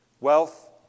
Wealth